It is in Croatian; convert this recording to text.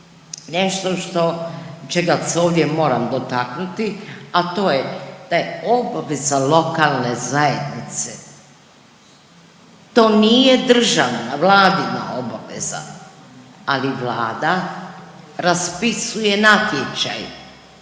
što, čega se ovdje moram dotaknuti, a to je da je obaveza lokalne zajednice, to nije državna, Vladina obveza, ali Vlada raspisuje natječaj